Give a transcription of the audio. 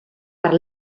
per